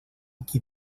qui